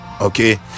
okay